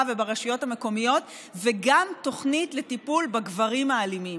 וברשויות המקומיות וגם תוכנית לטיפול בגברים האלימים.